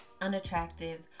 unattractive